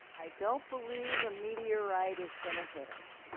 i don't believe a meteorite is going to hit us.